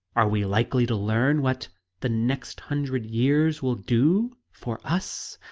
are we likely to learn what the next hundred years will do for us?